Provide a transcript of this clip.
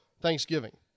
Thanksgiving